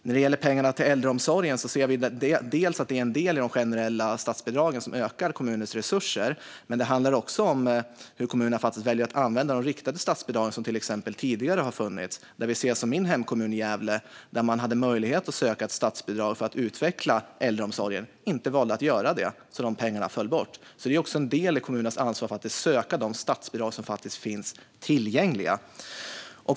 När det gäller pengarna till äldreomsorgen ser vi att det är del i de generella statsbidragen som ökar kommunens resurser. Men det handlar också om hur kommunerna väljer att använda de riktade statsbidrag som funnits tidigare. Min hemkommun Gävle hade möjlighet att söka ett statsbidrag för att utveckla äldreomsorgen men valde inte att göra det, så de pengarna föll bort. Det är också en del i kommunens ansvar att faktiskt söka de statsbidrag som finns tillgängliga.